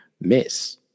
miss